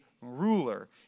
ruler